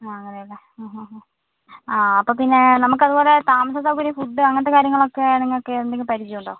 ആ അങ്ങനെ അല്ലേ ആ ആ ആ ആ അപ്പം പിന്നെ നമുക്ക് അതുപോലെ താമസ സൗകര്യം ഫുഡ് അങ്ങനത്തെ കാര്യങ്ങളൊക്കെ നിങ്ങൾക്ക് എന്തെങ്കിലും പരിചയം ഉണ്ടോ